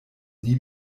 nie